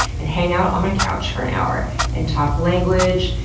and hang out on my couch for an hour and talk language.